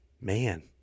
man